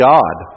God